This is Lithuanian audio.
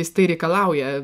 jis tai reikalauja